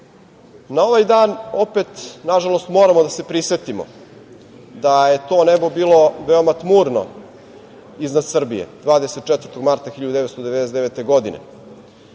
Na ovaj dan, opet, nažalost, moramo da se prisetimo da je to nebo bilo veoma tmurno iznad Srbije 24. marta 1999. godine